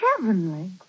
heavenly